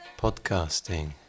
podcasting